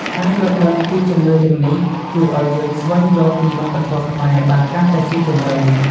ការយល់ដឹងពីជំនឿទាំងនេះ ជួយឱ្យយើងស្វែងយល់ពីវប្បធម៌ខ្មែរបានកាន់តែស៊ីជម្រៅ។